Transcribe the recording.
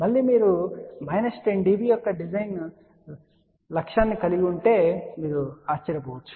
మళ్ళీ మీరు minus 10 dB యొక్క డిజైన్ లక్ష్యాన్ని కలిగి ఉన్నారని మీరు ఆశ్చర్యపోవచ్చు